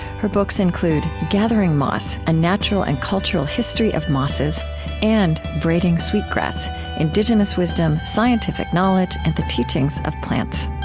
her books include gathering moss a natural and cultural history of mosses and braiding sweetgrass indigenous wisdom, scientific knowledge, and the teachings of plants